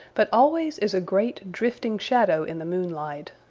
but always as a great, drifting shadow in the moonlight.